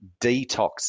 detox